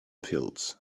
pills